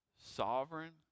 sovereign